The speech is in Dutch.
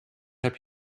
heb